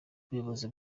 ubuyobozi